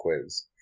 quiz